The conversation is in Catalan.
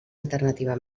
alternativa